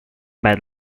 bad